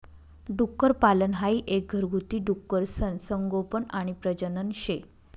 डुक्करपालन हाई एक घरगुती डुकरसनं संगोपन आणि प्रजनन शे